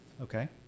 Okay